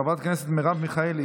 חברת הכנסת מרב מיכאלי,